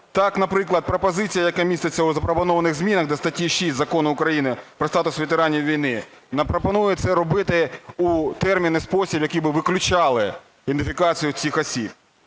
Так, наприклад, пропозиція, яка міститься у запропонованих змінах до статті 6 Закону України про статус ветеранів війни, нам пропонують це робити у термін і спосіб, які би виключали ідентифікацію цих осіб.